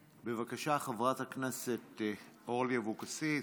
בבקשה, חברת הכנסת אורלי אבקסיס.